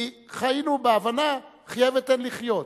כי חיינו בהבנה: חיה ותן לחיות.